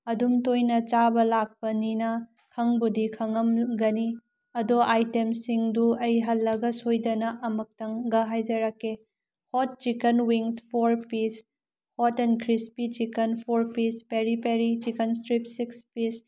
ꯑꯗꯨꯝ ꯇꯣꯏꯅ ꯆꯥꯕ ꯂꯥꯛꯄꯅꯤꯅ ꯈꯪꯕꯨꯗꯤ ꯈꯪꯉꯝꯒꯅꯤ ꯑꯗꯣ ꯑꯥꯏꯇꯦꯝꯁꯤꯡꯗꯨ ꯑꯩ ꯍꯜꯂꯒ ꯁꯣꯏꯗꯅ ꯑꯃꯨꯛꯇꯪꯒ ꯍꯥꯏꯖꯔꯛꯀꯦ hot chicken wings four piece hot and crispy chicken four piece peri peri chicken strip six piece